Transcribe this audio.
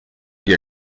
hier